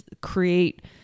create